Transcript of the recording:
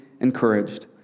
encouraged